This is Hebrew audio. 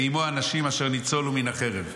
ועימו אנשים אשר ניצולו מן החרב".